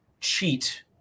cheat